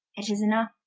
it is enough,